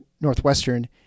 Northwestern